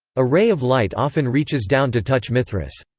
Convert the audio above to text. a ray of light often reaches down to touch mithras.